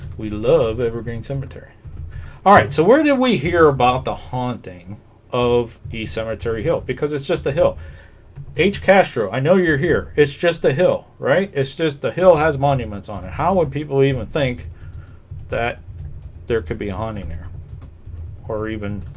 we love evergreen cemetery all right so where did we hear about the haunting of the cemetery hill because it's just a hill h castro i know you're here it's just a hill right it's just the hill has monuments on it how would people even think that there could be haunting there or even